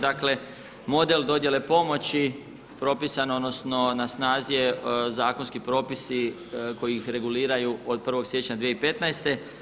Dakle model dodjele pomoći propisano odnosno na snazi je zakonski propisi koji ih reguliraju od 1. siječnja 2015.